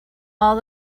all